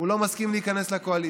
הוא לא מסכים להיכנס לקואליציה.